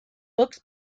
books